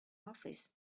office